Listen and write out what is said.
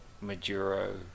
Maduro